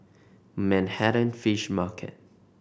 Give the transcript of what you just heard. Manhattan Fish Market